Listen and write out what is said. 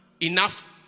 Enough